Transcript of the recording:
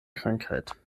krankheit